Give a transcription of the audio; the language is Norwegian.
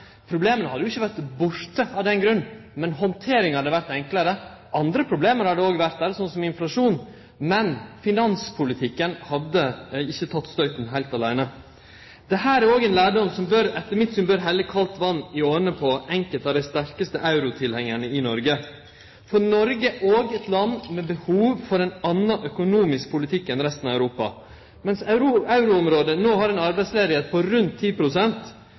Problema hadde jo ikkje vorte borte av den grunn, men handteringa hadde vore enklare. Andre problem hadde òg vore der, som inflasjon, men finanspolitikken hadde ikkje teke støyten heilt aleine. Dette er òg ein lærdom som etter mitt syn bør helle kaldt vann i årene på enkelte av dei sterkaste eurotilhengarane i Noreg. For Noreg er òg eit land med behov for ein annan økonomisk politikk enn resten av Europa. Mens euroområdet no har ei arbeidsløyse på rundt